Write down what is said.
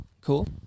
Cool